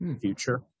future